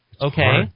Okay